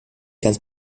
ganz